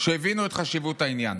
שהבינו את חשיבות העניין,